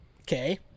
okay